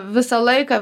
visą laiką